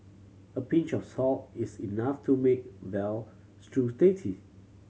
a pinch of salt is enough to make veal stew